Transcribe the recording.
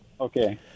Okay